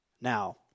Now